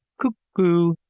cuck oo!